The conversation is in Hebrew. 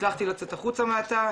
הצלחתי לצאת החוצה מהתא,